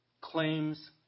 claims